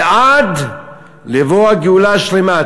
ועד לבוא הגאולה השלמה.